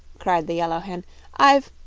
cried the yellow hen i've